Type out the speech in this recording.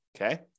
Okay